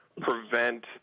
prevent